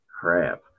Crap